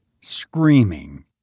screaming